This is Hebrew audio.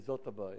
וזאת הבעיה.